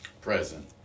Present